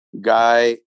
guy